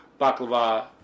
Baklava